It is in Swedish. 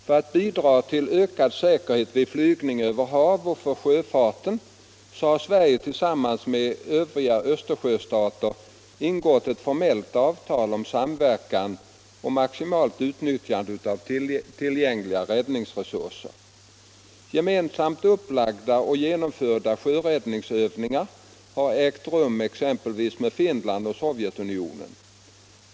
För att bidraga till ökad säkerhet vid flygning över hav och för sjöfarten har Sverige tillsammans med övriga Östersjöstater ingått ett formellt avtal om samverkan och maximalt utnyttjande av tillgängliga räddningsresurser. Gemensamt upplagda och genomförda sjöräddningsövningar har ägt rum exempelvis med Finland och Sovjetunionen.